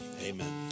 Amen